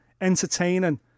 entertaining